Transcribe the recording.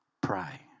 pray